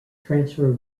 transfer